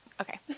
okay